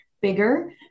bigger